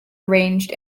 arranged